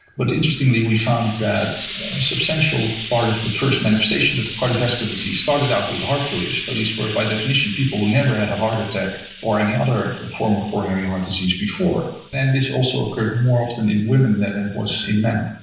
but interestingly we found that a substantial part of the first manifestations of cardiovascular disease started out with heart failure, so these were by definition people who never had a heart attack or any other form of coronary heart disease before. and this also occurred more often in women than it was in men.